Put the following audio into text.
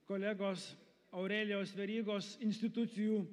kolegos aurelijaus verygos institucijų